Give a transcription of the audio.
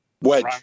Wedge